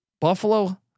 Buffalo